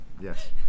Yes